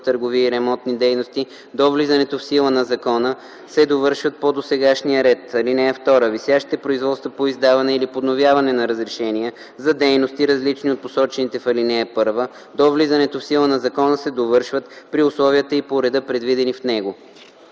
търговия и ремонтни дейности до влизането в сила на закона се довършват по досегашния ред. (2) Висящите производства по издаване или подновяване на разрешения за дейности, различни от посочените в ал. 1, до влизането в сила на закона се довършват при условията и по реда, предвидени в него.”